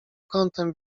kątem